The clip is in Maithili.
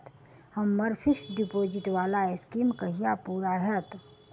हम्मर फिक्स्ड डिपोजिट वला स्कीम कहिया पूरा हैत?